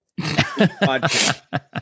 podcast